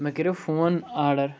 مےٚ کریو phone order